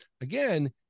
again